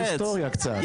רוצים לשמוע קצת היסטוריה.